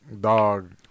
dog